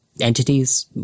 entities